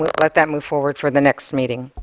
let that move forward for the next meeting.